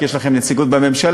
כי יש להם נציגות בממשלה,